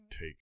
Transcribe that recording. take